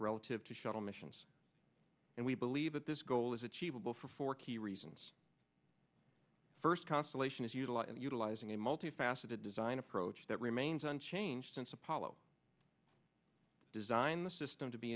relative to shuttle missions and we believe that this goal is achievable for four key reasons first constellation is utilize and utilizing a multifaceted design approach that remains unchanged since apollo designed the system to be